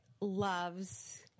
loves